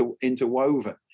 interwoven